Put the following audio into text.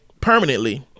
permanently